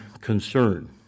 concern